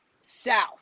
South